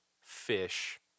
fish